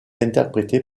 interprété